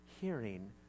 hearing